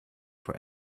for